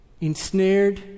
ensnared